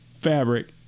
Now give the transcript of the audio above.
fabric